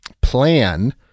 plan